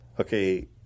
Okay